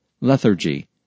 lethargy